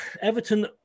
Everton